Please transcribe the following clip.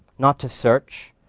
not to search,